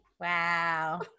Wow